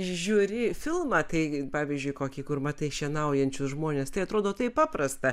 žiūri filmą kai pavyzdžiui kokį kur matai šienaujančius žmones tai atrodo taip paprasta